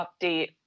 update